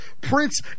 Prince